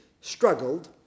struggled